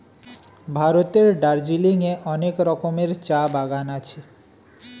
ভারতের দার্জিলিং এ অনেক রকমের চা বাগান আছে